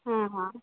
ಹಾಂ ಹಾಂ